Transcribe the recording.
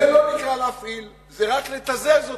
זה לא נקרא להפעיל, זה רק לתזז אותם.